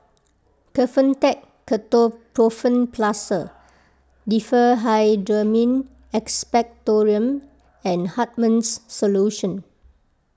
Kefentech Ketoprofen Plaster Diphenhydramine Expectorant and Hartman's Solution